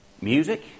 music